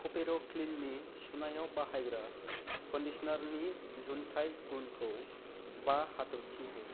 क'पेर' क्लिननि सुनायाव बाहायग्रा कन्डिश'नारनि दिहुनथाइ गुनखौ बा हाथरखि हो